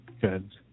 Good